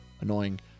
annoying